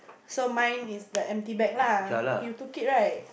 so mine is the empty bag lah you took it right